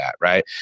right